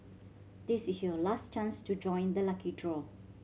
this is your last chance to join the lucky draw